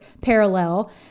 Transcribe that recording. parallel